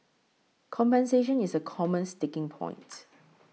compensation is a common sticking point